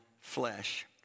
flesh